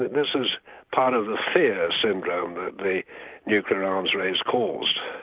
this is part of the fear syndrome that the nuclear arms race caused.